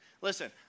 Listen